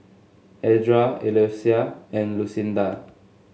Edra Eloisa and Lucinda